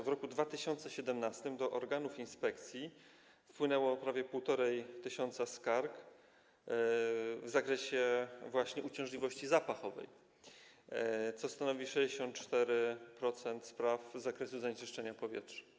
W roku 2017 do organów inspekcji wpłynęło prawie 1,5 tys. skarg w zakresie właśnie uciążliwości zapachowej, co stanowi 64% spraw z zakresu zanieczyszczenia powietrza.